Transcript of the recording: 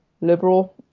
liberal